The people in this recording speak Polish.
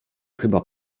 chyba